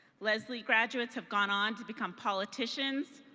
lesley graduates have gone on to become politicians,